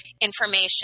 information